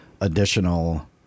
additional